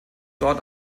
dort